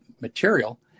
material